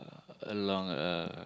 along a